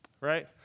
Right